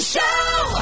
Show